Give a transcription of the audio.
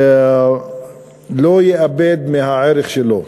לא יאבד מהערך שלו.